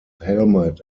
helmet